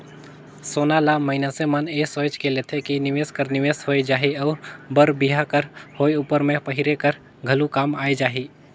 सोना ल मइनसे मन ए सोंएच के लेथे कि निवेस कर निवेस होए जाही अउ बर बिहा कर होए उपर में पहिरे कर घलो काम आए जाही